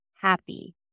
happy